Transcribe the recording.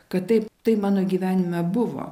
kad taip tai mano gyvenime buvo